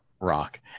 rock